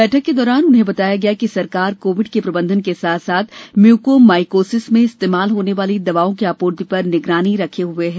बैठक के दौरान उन्हें बताया गया कि सरकार कोविड के प्रबंधन के साथ साथ म्युको माईकोसिस में इस्तेमाल होने वाली दवाओं की आपूर्ति पर निगरानी रखे हये है